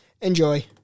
Enjoy